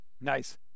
Nice